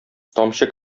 тамчы